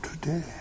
today